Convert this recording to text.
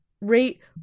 rate